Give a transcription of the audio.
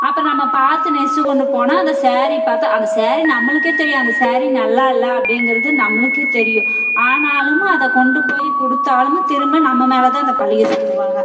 அப்புறம் நம்ம பார்த்து நெஸ்ஸுக் கொண்டு போனால் அந்த ஸேரி பார்த்தா அந்த ஸேரி நம்மளுக்கே தெரியும் அந்த ஸேரி நல்லா இல்லை அப்படிங்கறது நம்மளுக்கே தெரியும் ஆனாலும் அதை கொண்டு போய் குடுத்தாலும் திரும்ப நம்ம மேலே தான் அந்த பழிய சொல்வாங்க